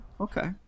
Okay